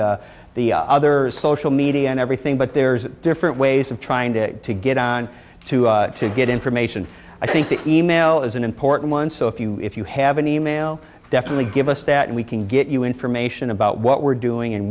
tweeting the other social media and everything but there's different ways of trying to to get on to to get information i think the email is an important one so if you if you have an e mail definitely give us that and we can get you information about what we're doing and